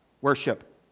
worship